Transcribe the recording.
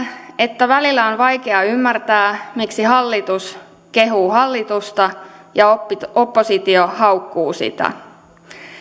että välillä on vaikea ymmärtää miksi hallitus kehuu hallitusta ja oppositio haukkuu sitä siitä